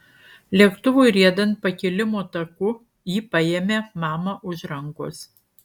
lėktuvui riedant pakilimo taku ji paėmė mamą už rankos